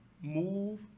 move